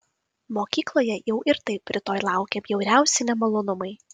mokykloje jau ir taip rytoj laukė bjauriausi nemalonumai